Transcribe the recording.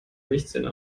milchzähne